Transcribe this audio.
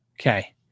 Okay